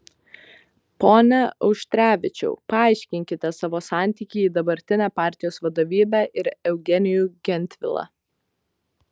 pone auštrevičiau paaiškinkite savo santykį į dabartinę partijos vadovybę ir eugenijų gentvilą